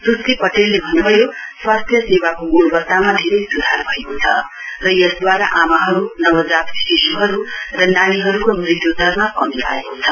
स्श्री पटेलले भन्नुभयो स्वास्थ्य सेवाको गुणवतामा धेरै सुधार भएको छ र यसद्वारा आमाहरु नवजात शिशुहरु र नानीहरुको मृत्यु दरमा कमी आएको छ